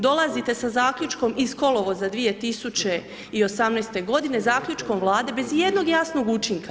Dolazite sa zaključkom iz kolovoza 2018. godine zaključkom Vlade bez i jednog jasnog učinka.